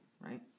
right